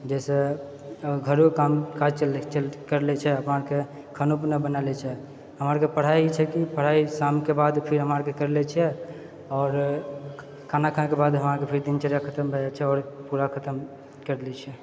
जइसँ घरोके कामकाज चललै कैर लै छै फेर अपन खानो पीना बनाए लै छै हमरा आरके पढाइ ई छै कि पढाइ शामके बाद फिर हमरा आरके कैर लै छियै आओर खाना खानेके बाद हमरा आरके फिर दिनचर्या खतम भए जाय छै आओर पूरा खतम कैर लै छियै